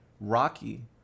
Rocky